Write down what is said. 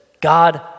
God